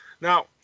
Now